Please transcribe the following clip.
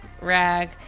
rag